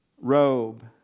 robe